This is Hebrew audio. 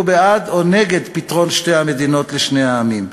בעד או נגד פתרון שתי המדינות לשני העמים,